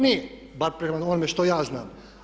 Nije, bar prema onome što ja znam.